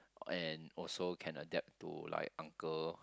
and also can adapt to like uncle